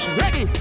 ready